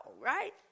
right